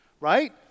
right